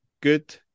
good